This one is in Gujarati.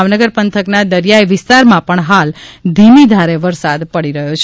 ભાવનગર પંથકના દરિયાઇ વિસ્તારમાં પણ હાલ ધિમીધારે વરસાદ પડી રહ્યો છે